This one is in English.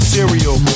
Cereal